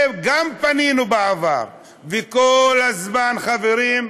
וגם פנינו בעבר, וכל הזמן, חברים,